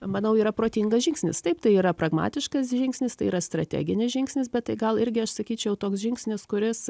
manau yra protingas žingsnis taip tai yra pragmatiškas žingsnis tai yra strateginis žingsnis bet tai gal irgi aš sakyčiau toks žingsnis kuris